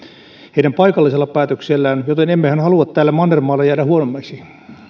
heidän paikallisella päätöksellään joten emmehän halua täällä mannermaalla jäädä huonommiksi